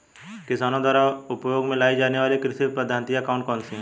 किसानों द्वारा उपयोग में लाई जाने वाली कृषि पद्धतियाँ कौन कौन सी हैं?